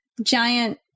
giant